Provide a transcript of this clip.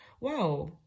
wow